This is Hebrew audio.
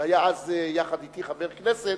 שהיה אז יחד אתי חבר כנסת,